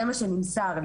זה מה שנמסר לי,